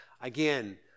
Again